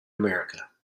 america